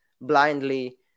blindly